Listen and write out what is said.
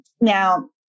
Now